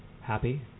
happy